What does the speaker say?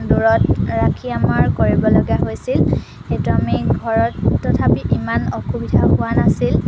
দূৰত ৰাখি আমাৰ কৰিবলগীয়া হৈছিল সেইটো আমি ঘৰত তথাপি ইমান অসুবিধা হোৱা নাছিল